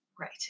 Right